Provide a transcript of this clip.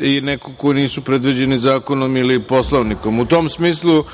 ili neko ko nije predviđen za ekonomiju Poslovnikom.U tom smislu,